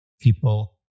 people